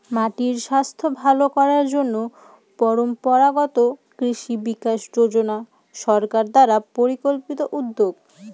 মাটির স্বাস্থ্য ভালো করার জন্য পরম্পরাগত কৃষি বিকাশ যোজনা সরকার দ্বারা পরিকল্পিত উদ্যোগ